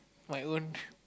my own